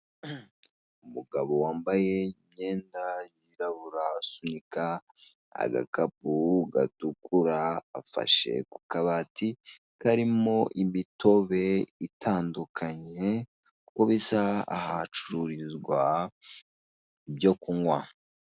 Umugabo wambaye imyenda y'irabura, usunika agakapu gatukura afashe ku kabati karimo imitobe itandukanye uko bisa aha hacururizwa ibyo kunywa.